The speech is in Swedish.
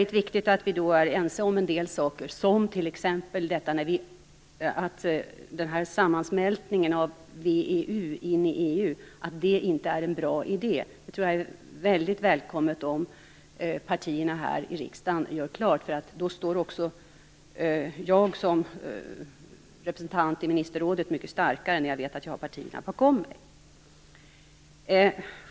Det är viktigt att vi är ense om vissa saker, t.ex. om att det inte är någon bra idé att VEU skall smälta samman med EU. Det vore välkommet om partierna här i riksdagen gjorde detta klart, eftersom jag som representant i ministerrådet står mycket starkare när jag vet att jag har partierna bakom mig.